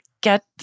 get